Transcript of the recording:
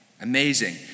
amazing